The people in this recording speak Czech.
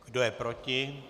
Kdo je proti?